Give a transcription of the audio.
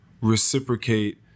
reciprocate